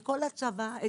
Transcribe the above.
כל הצבא,